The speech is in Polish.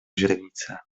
źrenice